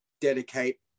dedicate